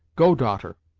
go, daughter,